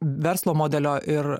verslo modelio ir